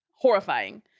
horrifying